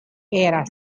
era